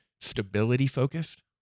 stability-focused